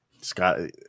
Scott